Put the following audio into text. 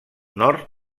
nord